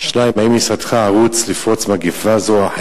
קצרה הגיע על מנת להשיב על שאלה חשובה זו.